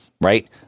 right